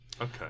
Okay